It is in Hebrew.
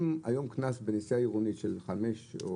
אם היום קנס בנסיעה עירונית של 5 או